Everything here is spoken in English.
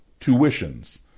tuitions